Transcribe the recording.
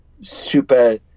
super